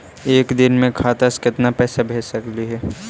एक दिन में खाता से केतना पैसा भेज सकली हे?